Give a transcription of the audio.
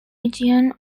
region